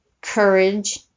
courage